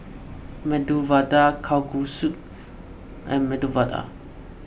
Medu Vada Kalguksu and Medu Vada